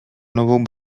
nową